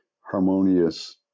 harmonious